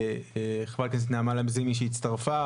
חברת הכנסת נעמה לזימי שהצטרפה,